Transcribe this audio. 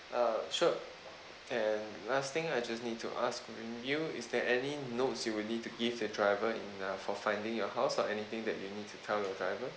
ah sure and last thing I just need to ask with you is there any notes you will need to give the driver in uh for finding your house or anything that we need to tell your driver